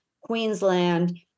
Queensland